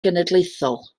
genedlaethol